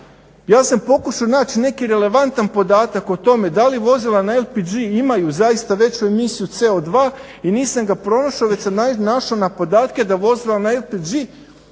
Ja sam pokušao naći neki relevantan podatak o tome da li vozila na LPG imaju zaista veću emisiju CO2 i nisam ga pronašao već sam naišao na podatke da vozila na LPG